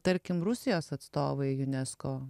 tarkim rusijos atstovai unesco